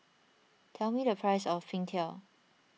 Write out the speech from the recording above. tell me the price of Png Tao